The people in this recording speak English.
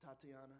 Tatiana